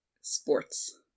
sports